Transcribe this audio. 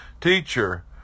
Teacher